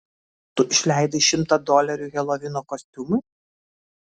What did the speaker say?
tu išleidai šimtą dolerių helovino kostiumui